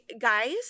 Guys